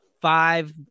five